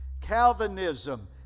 Calvinism